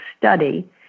study